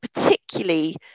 particularly